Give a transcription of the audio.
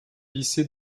lycée